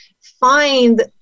find